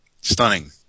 stunning